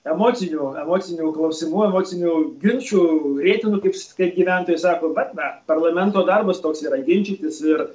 emocijų emocinių klausimų emocinių ginčų rietenų kaip kaip gyventojai sako bet na parlamento darbas toks yra ginčytis ir